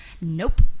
Nope